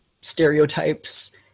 stereotypes